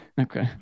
Okay